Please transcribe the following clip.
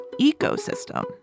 ecosystem